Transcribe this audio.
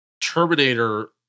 Terminator